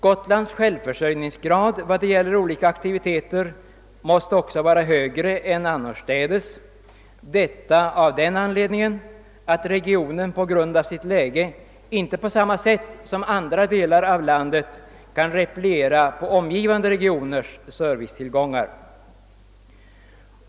Gotlands självförsörjningsgrad vad gäller olika aktiviteter måste också vara högre än annorstädes, detta av den anledningen att regionen på grund av sitt läge inte på samma sätt som andra delar av landet kan repliera på omgivande regioners servicetillgångar.